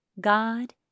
God